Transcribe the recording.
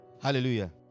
Hallelujah